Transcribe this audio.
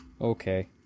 Okay